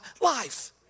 life